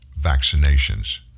vaccinations